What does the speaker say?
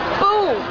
boom